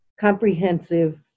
comprehensive